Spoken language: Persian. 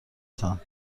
تان